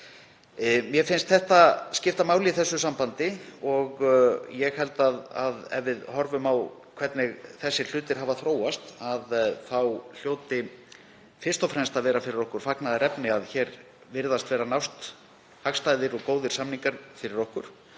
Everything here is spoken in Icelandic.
Mér finnst það skipta máli í þessu sambandi. Ég held að ef við horfum á hvernig þessir hlutir hafa þróast þá hljóti það fyrst og fremst að vera fagnaðarefni fyrir okkur að hér virðist vera að nást hagstæðir og góðir samningar fyrir okkur.